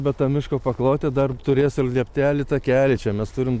bet ta miško paklotė dar turės ir lieptelį takelį čia mes turim